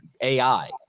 ai